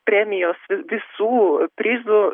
premijos vi visų prizų